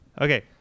Okay